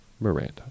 Miranda